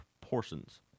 proportions